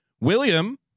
William